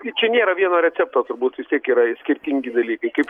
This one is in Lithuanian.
ir čia nėra vieno recepto turbūt vis tiek yra skirtingi dalykai kaip